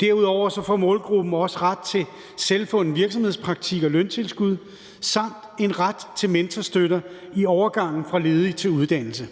Derudover får målgruppen også ret til selvfunden virksomhedspraktik og løntilskud samt en ret til mentorstøtte i overgangen fra ledighed til uddannelse.